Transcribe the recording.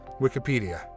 Wikipedia